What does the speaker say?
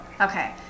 Okay